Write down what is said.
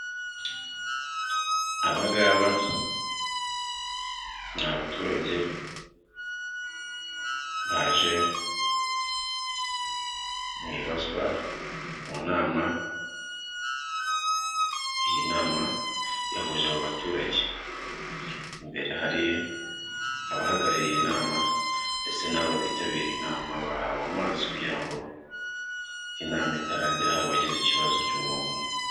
Abangaba ni abaturage baje mu inama. Iyi nama yahuje aba baturage imbere hari abahagarariye inama ndetse n'abItabiriye inama bahawe amazi kugira ngo inama itarangira hari abagize ikibazo cy'umwuma.